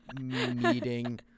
meeting